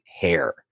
hair